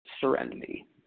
serenity